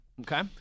Okay